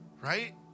Right